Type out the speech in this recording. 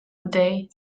day